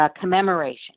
commemoration